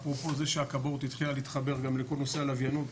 אפרופו זה שהכבאות התחילה להתחבר גם לכל נושא הלוויינות,